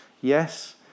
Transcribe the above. Yes